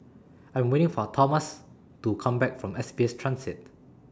I Am waiting For Tomas to Come Back from S B S Transit